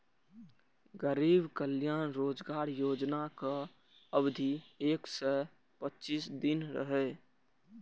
गरीब कल्याण रोजगार योजनाक अवधि एक सय पच्चीस दिन रहै